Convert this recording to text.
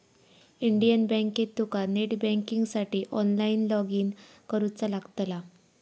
Indian बँकेत तुका net बँकिंगसाठी ऑनलाईन लॉगइन करुचा लागतला